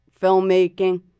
filmmaking